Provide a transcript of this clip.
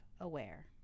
aware